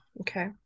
Okay